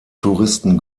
touristen